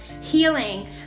healing